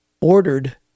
ordered